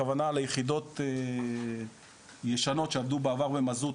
הכוונה ליחידות ישנות שעבדו בעבר במזוט,